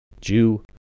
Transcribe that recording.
Jew